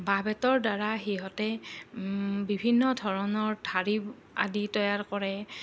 বাঁহ বেতৰ দ্বাৰা সিহঁতে বিভিন্ন ধৰণৰ ধাৰী আদি তৈয়াৰ কৰে